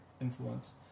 influence